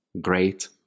great